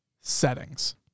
settings